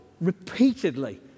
repeatedly